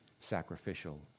sacrificial